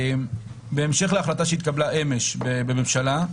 בהמשך להחלטה שהתקבלה אמש בממשלה,